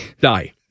die